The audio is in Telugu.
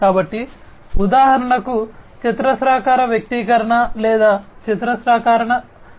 కాబట్టి ఉదాహరణకు చతురస్రాకార వ్యక్తీకరణ లేదా చతురస్రాకార సమీకరణం